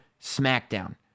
SmackDown